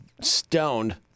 stoned